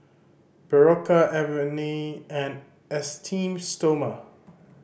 Berocca Avene and Esteem Stoma